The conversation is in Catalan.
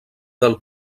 del